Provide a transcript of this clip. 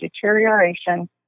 deterioration